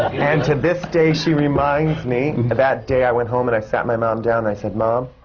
and to this day, she reminds me, that day i went home and i sat my mom down. i said, mom,